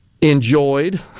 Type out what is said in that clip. enjoyed